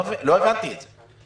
לא הבנתי את זה.